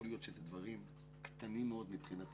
יכול להיות שאלה דברים קטנים מאוד מבחינתנו,